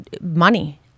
money